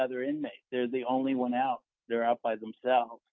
other inmate they're the only one out there out by themselves